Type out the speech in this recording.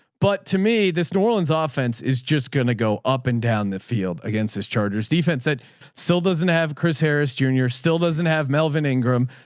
but to me, this new orleans ah offense is just going to go up and down the field against his chargers. defense said still doesn't have chris harris jr. still doesn't have melvin ingram.